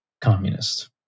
communist